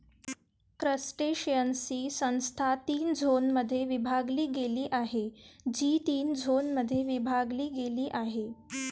क्रस्टेशियन्सची संस्था तीन झोनमध्ये विभागली गेली आहे, जी तीन झोनमध्ये विभागली गेली आहे